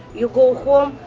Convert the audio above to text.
you go home.